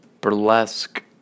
Burlesque